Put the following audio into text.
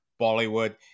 Bollywood